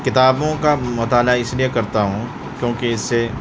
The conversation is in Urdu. کتابوں کا مطالعہ اس لیے کرتا ہوں کیوں کہ اس سے